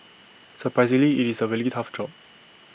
surprisingly IT is A really tough job